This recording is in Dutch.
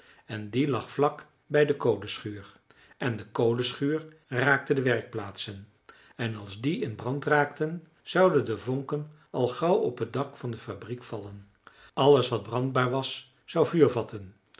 en die lag vlak bij de kolenschuur en de kolenschuur raakte de werkplaatsen en als die in brand raakten zouden de vonken al gauw op het dak van de fabriek vallen alles wat brandbaar was zou vuur vatten